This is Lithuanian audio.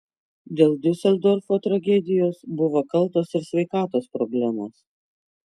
dėl diuseldorfo tragedijos buvo kaltos ir sveikatos problemos